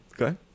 Okay